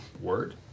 word